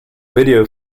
video